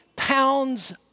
pounds